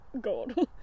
god